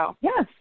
Yes